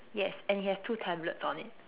yes and it has two tablets on it